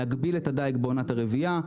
להגביל את הדיג בעונת הרבייה,